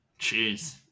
Jeez